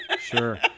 Sure